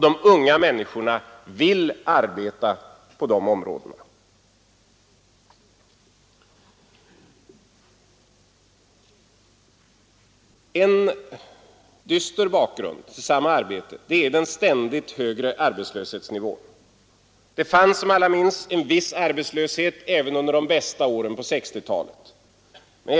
De unga människorna vill arbeta på de områdena. En dyster bakgrund till strävan från vår sida är den ständigt högre arbetslöshetsnivån. Det fanns som alla minns en viss arbetslöshet även under de bästa åren på 1960-talet.